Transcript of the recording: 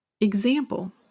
Example